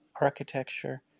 architecture